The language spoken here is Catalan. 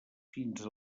fins